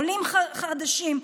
עולים חדשים,